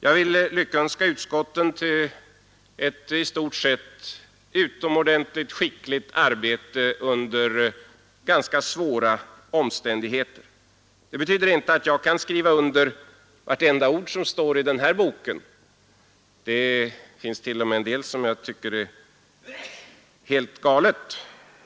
Jag vill lyckönska utskotten till ett i stort sett utomordentligt skickligt arbete under ganska svåra omständigheter. Det betyder inte att jag kan skriva under vartenda ord som står i denna bok. Det finns t.o.m. en del som jag tycker är helt galet.